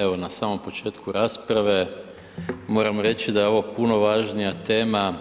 Evo, na samom početku rasprave moram reći da je ovo puno važnija tema